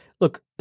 look